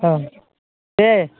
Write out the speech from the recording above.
ओं दे